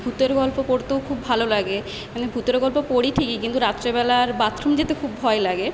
ভূতের গল্প পড়তেও খুব ভালো লাগে মানে ভূতের গল্প পড়ি ঠিকই কিন্তু রাত্রিবেলার বাথরুম যেতে খুব ভয় লাগে